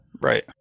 Right